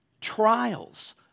trials